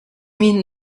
mean